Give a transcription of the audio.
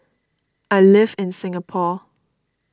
I live in Singapore